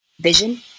vision